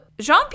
Jean